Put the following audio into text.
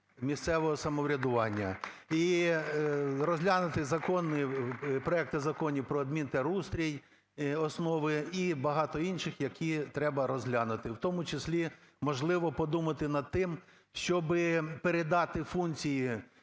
місцевого самоврядування і розглянути проекти Законів проадмінтерустрій, основи, і багато інших, які треба розглянути, в тому числі, можливо, подумати над тим, щоб передати функції